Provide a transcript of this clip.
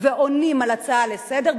ועונים להצעה לסדר,